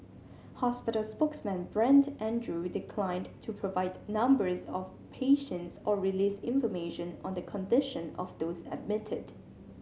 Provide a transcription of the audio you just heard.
hospital spokesman Brent Andrew declined to provide numbers of patients or release information on the condition of those admitted